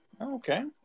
Okay